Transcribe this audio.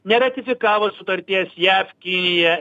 neratifikavo sutarties jav kinija